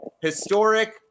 historic